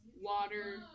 water